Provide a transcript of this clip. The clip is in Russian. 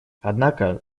однако